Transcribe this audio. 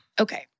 Okay